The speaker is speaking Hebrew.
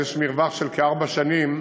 ויש מרווח של כארבע שנים